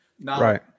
Right